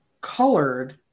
colored